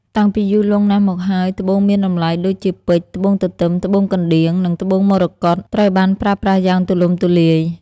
តាំងពីយូរលង់ណាស់មកហើយ ត្បូងមានតម្លៃដូចជាពេជ្រ ត្បូងទទឹម ត្បូងកណ្ដៀង និងត្បូងមរកត ត្រូវបានប្រើប្រាស់យ៉ាងទូលំទូលាយ។